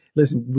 listen